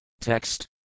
Text